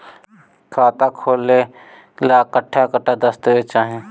खाता खोले ला कट्ठा कट्ठा दस्तावेज चाहीं?